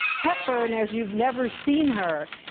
hepburn as you've never seen her.